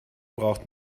braucht